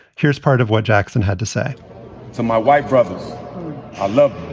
here's part of what jackson had to say so my white brothers i love.